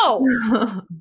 no